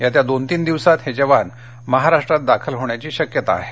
येत्या दोन तीन दिवसात हे जवान महाराष्ट्रात दाखल होण्याची शक्यता आहे